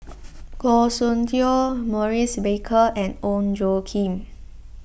Goh Soon Tioe Maurice Baker and Ong Tjoe Kim